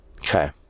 Okay